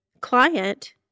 client